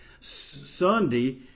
Sunday